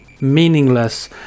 meaningless